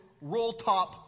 roll-top